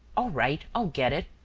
all right, i'll get it,